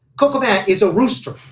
coco? that is a rooster.